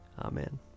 Amen